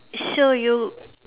so you